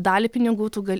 dalį pinigų tu ga